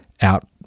out